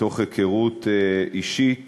מתוך היכרות אישית